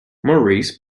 maurice